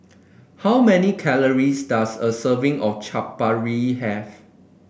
how many calories does a serving of Chaat Papri have